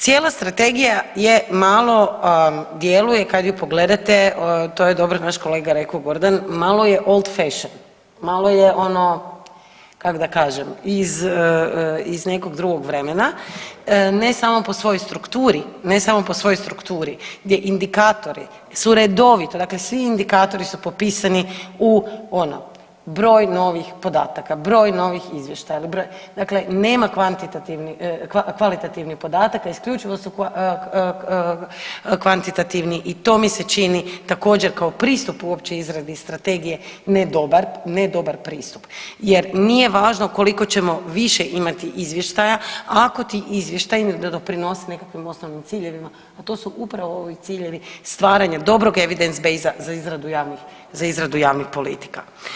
Cijela strategija je malo djeluje kad ju pogledate, to je dobro naš kolega rekao Gordan, malo je … [[Govornik se ne razumije]] malo je ono kak da kažem iz, iz nekog drugog vremena ne samo po svojoj strukturi, ne samo po svojoj strukturi gdje indikatori su redoviti, dakle svi indikatori su popisani u ono broj novih podataka, broj novih izvještaja ili broj, dakle nema kvantitativnih, kvalitativnih podataka, isključivo su kvantitativni i to mi se čini također kao pristup uopće izradi strategije ne dobar, ne dobar pristup jer nije važno koliko ćemo više imati izvještaja ako ti izvještaji ne doprinose nekakvim osnovnim ciljevima, a to su upravo ovi ciljevi stvaranja dobrog Evidence-baseda za izradu javnih, za izradu javnih politika.